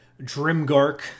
Drimgark